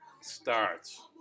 starts